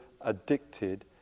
addicted